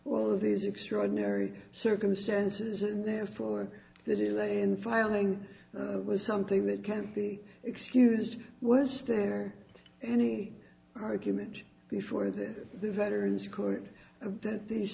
all of these extraordinary circumstances and therefore the delay in filing was something that can't be excused was there any argument before the veterans court of that the